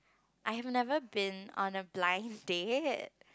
I have never been on a blind date